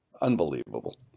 unbelievable